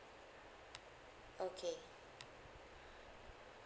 okay